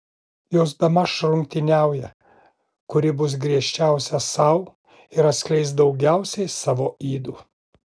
jos bemaž rungtyniauja kuri bus griežčiausia sau ir atskleis daugiausiai savo ydų